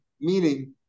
meaning